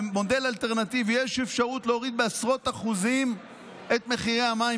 במודל אלטרנטיבי יש אפשרות להוריד בעשרות אחוזים את מחירי המים,